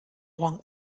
orang